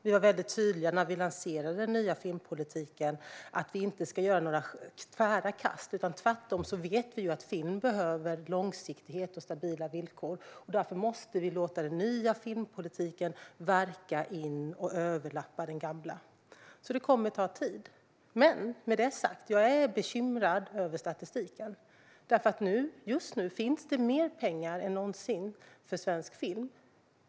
Vi var tydliga när vi lanserade den nya filmpolitiken med att vi inte ska göra några tvära kast. Tvärtom vet vi att film behöver långsiktighet och stabila villkor. Därför måste vi låta den nya filmpolitiken värka in och överlappa den gamla. Det kommer att ta tid. Med detta sagt: Jag är bekymrad över statistiken. Just nu finns det mer pengar än någonsin för svensk film.